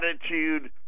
attitude